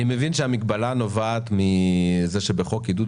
אני מבין שהמגבלה נובעת מזה שבחוק עידוד